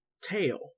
tail